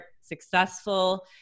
successful